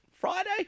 Friday